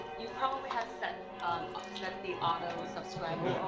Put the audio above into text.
you probably had set um set the auto subscriber,